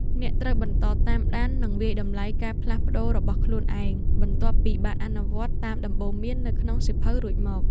អ្នកត្រូវបន្តតាមដាន និងវាយតម្លៃការផ្លាស់ប្តូររបស់ខ្លួនឯង បន្ទាប់ពីបានអនុវត្តតាមដំបូន្មាននៅក្នុងសៀវភៅរួចមក។